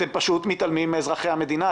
אתם פשוט מתעלמים מאזרחי המדינה.